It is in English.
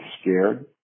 scared